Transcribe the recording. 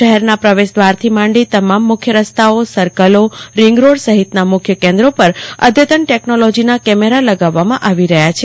શહેરના પ્રવેશદ્વારાથી માંડી તમામ મુખ્ય રસ્તાઓ સર્કલો રીંગરોડ સહિતના મુખ્ય કેન્દ્રો પર અદ્યતન ટેકનોલોજીના કેમેરા લગાવવામાં આવી રહ્યા છે